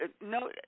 no